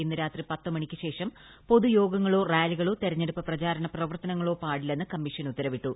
ഇന്ന് രാത്രി പത്തുമണിയ്ക്ക് ശേഷം പൊതുയോഗങ്ങളോ റാലികളോ തിരഞ്ഞെടുപ്പ് പ്രചാരണപ്രവർത്തനങ്ങളോ പാടില്ലെന്ന് കമ്മീഷൻ ഉത്തരവിട്ടു